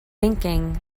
thinking